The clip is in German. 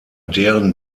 deren